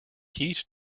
heat